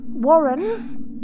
Warren